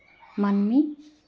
ᱢᱟᱹᱱᱢᱤ